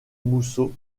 mousseau